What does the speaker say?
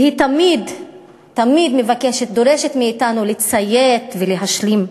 והיא תמיד תמיד מבקשת, דורשת מאתנו לציית ולהשלים.